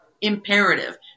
Imperative